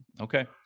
okay